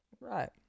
right